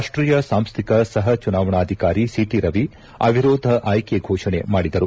ರಾಷ್ಷೀಯ ಸಾಂಸ್ಕಿಕ ಸಹ ಚುನಾವಣಾಧಿಕಾರಿ ಓಟಿ ರವಿ ಅವಿರೋಧ ಆಯ್ಲಿ ಫೋಷಣೆ ಮಾಡಿದರು